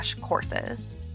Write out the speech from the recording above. courses